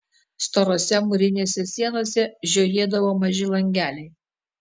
storose mūrinėse sienose žiojėdavo maži langeliai